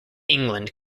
england